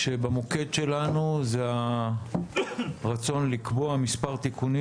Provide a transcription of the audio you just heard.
כשבמוקד שלנו זה הרצון לקבוע מספר תיקונים